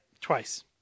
twice